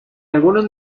algunos